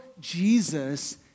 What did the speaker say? Jesus